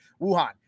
Wuhan